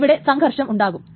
ഇവിടെ സംഘർഷം ഉണ്ടാകും